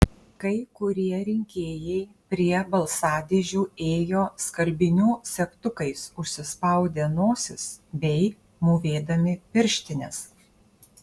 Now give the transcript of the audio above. kai kurie rinkėjai prie balsadėžių ėjo skalbinių segtukais užsispaudę nosis bei mūvėdami pirštines